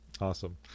Awesome